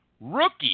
Rookie